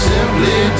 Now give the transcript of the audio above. Simply